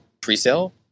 pre-sale